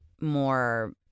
more